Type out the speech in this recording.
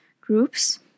groups